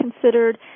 considered